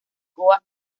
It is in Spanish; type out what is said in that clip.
goa